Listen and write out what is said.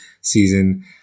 season